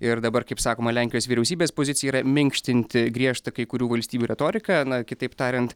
ir dabar kaip sakoma lenkijos vyriausybės pozicija yra minkštinti griežtą kai kurių valstybių retoriką na kitaip tariant